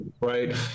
right